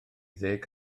ddeg